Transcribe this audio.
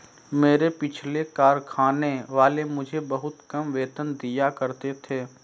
मेरे पिछले कारखाने वाले मुझे बहुत कम वेतन दिया करते थे